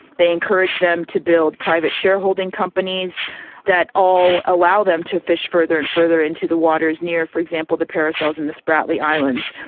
they encourage them to build private shareholding companies that all allow them to fish further and further into the waters near, for example, the paracels and the spratly islands.